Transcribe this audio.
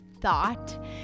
thought